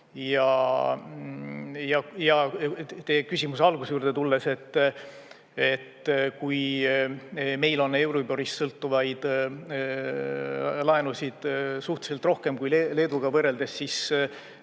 küsimuse alguse juurde tulles, et kui meil on euriborist sõltuvaid laenusid suhteliselt rohkem Leeduga võrreldes, et